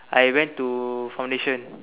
I went to foundation